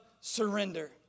surrender